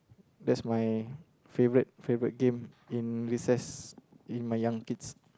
that's my favourite favourite game in recess in my young kids